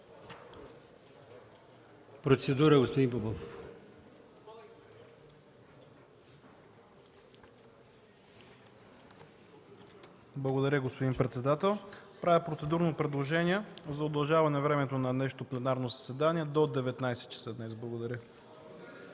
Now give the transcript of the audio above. процедура. ФИЛИП ПОПОВ (КБ): Благодаря, господин председател. Правя процедурно предложение за удължаване времето на днешното пленарно заседание до 19,00 ч. днес. Благодаря.